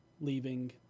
leaving